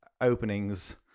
openings